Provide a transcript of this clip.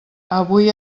avui